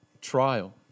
trial